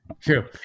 true